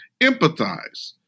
Empathize